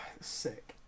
Sick